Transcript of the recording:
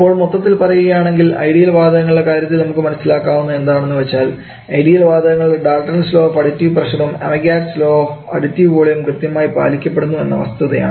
ഇപ്പോൾ മൊത്തത്തിൽ പറയുകയാണെങ്കിൽ ഐഡിയൽ വാതകങ്ങളുടെ കാര്യത്തിൽ നമുക്ക് മനസ്സിലാക്കാവുന്നത് എന്താണെന്നുവെച്ചാൽ ഐഡിയൽ വാതകങ്ങൾ ഡാൽറ്റൺസ് ലോ ഓഫ് അഡിടീവ് പ്രഷറും അമഗ്യാറ്റ്സ് ലോ ഓഫ് അഡിടീവ് വോളിയവും കൃത്യമായി പാലിക്കുന്നു എന്ന വസ്തുതയാണ്